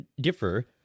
differ